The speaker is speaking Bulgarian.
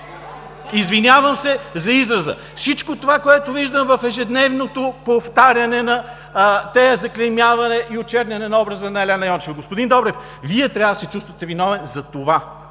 Извинявам се за израза! Всичко това, което виждам в ежедневното повтаряне, заклеймяване и очерняне на образа на Елена Йончева. Господин Добрев, Вие трябва да се чувствате виновен за това,